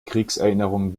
kriegserinnerungen